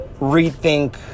rethink